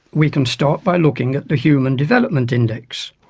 we can start by looking at the human development index.